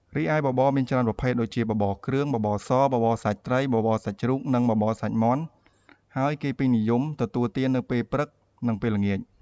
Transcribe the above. រីឯបបរមានច្រើនប្រភេទដូចជា បបរគ្រឿង បបរសរ បបរសាច់ត្រី បបរសាច់ជ្រូក នឹងបបរសាច់មាន់ ហើយគេពេញនិយមទទួលទាននៅពេលព្រឹកនិងពេលល្ងាច។